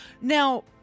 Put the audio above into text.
Now